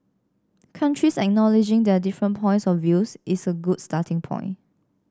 countries acknowledging their different points of views is a good starting point